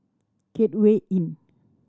Gateway Inn